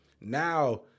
now